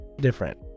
different